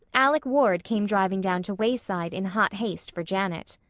alec ward came driving down to wayside in hot haste for janet.